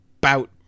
bout